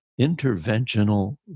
interventional